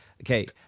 Okay